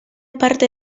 parte